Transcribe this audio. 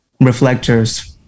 reflectors